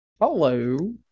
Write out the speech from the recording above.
hello